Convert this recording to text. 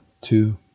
two